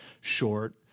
short